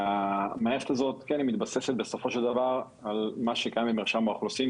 המערכת הזאת מתבססת בסופו של דבר על מה שקיים במרשם האוכלוסין,